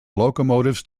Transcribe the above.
locomotives